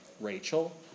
Rachel